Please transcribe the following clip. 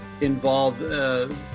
involved